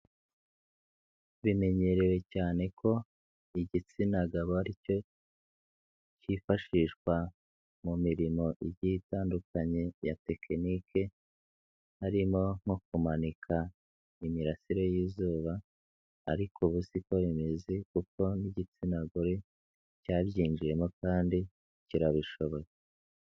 Bimenyerewe cyane ko igitsina gabo ari cyo kifashishwa mu mirimo igiye itandukanye ya tekinike, harimo nko kumanika imirasire y'izuba, ariko ubu siko bimeze kuko n'igitsina gore cyabyinjiyemo kandi kirabishoboye.